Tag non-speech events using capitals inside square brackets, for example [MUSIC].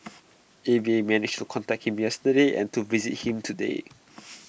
A V A managed to contact him yesterday and to visit him today [NOISE]